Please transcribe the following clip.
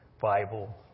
Bible